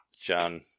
John